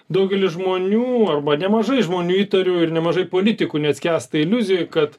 daugelis žmonių arba nemažai žmonių įtariu ir nemažai politikų neskęsta iliuzijoj kad